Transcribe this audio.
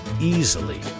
easily